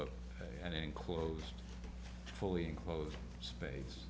an enclosed fully enclosed space